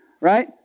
right